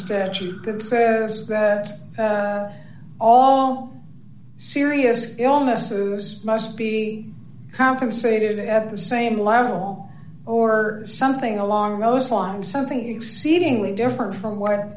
statute that says that all serious illnesses must be compensated at the same level or something along those lines something exceedingly different from what